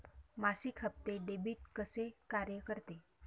मासिक हप्ते, डेबिट कसे कार्य करते